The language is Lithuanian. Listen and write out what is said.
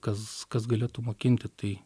kas kas galėtų mokinti tai